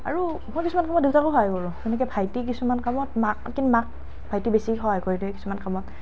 আৰু মই কিছুমান কামত দেউতাকো সহায় কৰোঁ যেনেকৈ ভাইটিয়ে কিছুমান কামত মাক কিন্তু মাক ভাইটিয়ে বেছিকৈ সহায় কৰি দিয়ে কিছুমান কামত